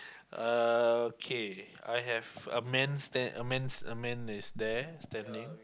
okay I have a man's there a man's a man is there standing